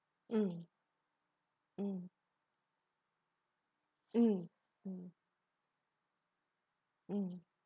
mm mm mm mm